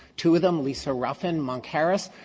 two of them, lisa ruffin, monk harris,